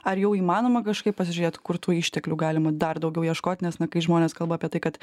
ar jau įmanoma kažkaip pasižiūrėt kur tų išteklių galima dar daugiau ieškot nes na kai žmonės kalba apie tai kad